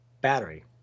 battery